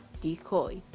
Decoy